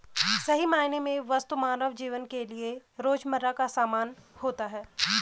सही मायने में वस्तु मानव जीवन के लिये रोजमर्रा का सामान होता है